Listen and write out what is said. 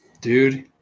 Dude